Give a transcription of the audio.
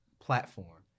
platform